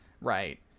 right